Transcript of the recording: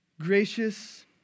Gracious